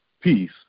peace